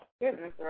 goodness